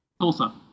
Tulsa